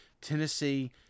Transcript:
Tennessee